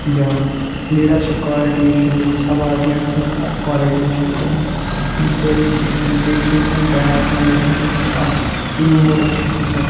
دِوان leadership quality چھِس دِوان سَب آڈنیٹ سِنٛز اکھ کالٹی چھِس دِوان یِم ساری چیٖز چھِ تِم بیٚیہِ چھِس دِوان بیاکھ ہُنر یتھ منٛز سُہ اکھ ٹیم ؤرک چھُ ہیٚچھان